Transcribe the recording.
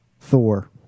thor